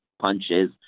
punches